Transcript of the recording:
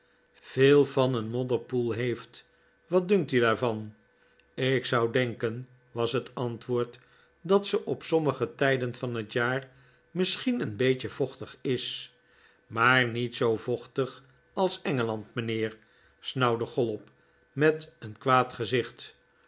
veel van een modderpoel heeft wat dunkt u daarvan ik zou denken was het antwoord d'at ze op sommige tijden van het jaar misschien een beetje vochtig is maar niet zoo vochtig als engeland mijnheer snauwde chollop met een kwaad gezicht